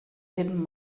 hidden